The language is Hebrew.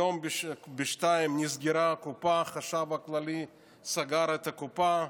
היום בשעה 14:00 החשב הכללי סגר את הקופה,